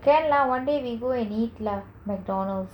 can lah one day we go and eat lah McDonalds